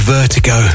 Vertigo